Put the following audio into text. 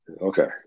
Okay